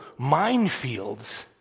minefields